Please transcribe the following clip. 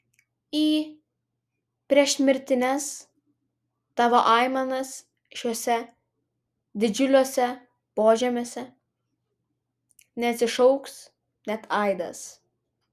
į priešmirtines tavo aimanas šiuose didžiuliuose požemiuose neatsišauks net aidas